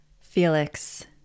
Felix